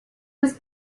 was